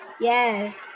Yes